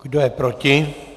Kdo je proti?